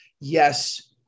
Yes